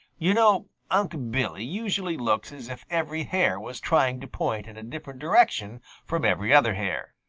you know unc' billy usually looks as if every hair was trying to point in a different direction from every other hair,